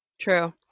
True